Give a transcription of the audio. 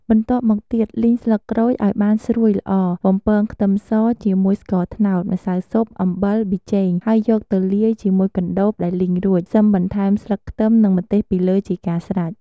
បន្ទាប់់មកទៀត លីងស្លឹកក្រូចឱ្យបានស្រួយល្អ បំពងខ្ទឹមស ជាមួយស្ករត្នោត ម្សៅស៊ុប អំបិល ប៊ីចេង ហើយយកទៅលាយជាមួយកណ្តូបដែលលីងរួច សិមបន្ថែមស្លឹកខ្ទឹមនិងម្ទេសពីលើជាការស្រេច។